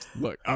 look